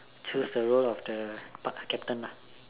choose the road of the part time captain